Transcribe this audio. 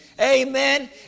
Amen